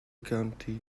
county